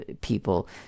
people